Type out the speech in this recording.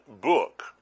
book